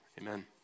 amen